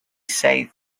safe